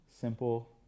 simple